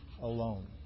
alone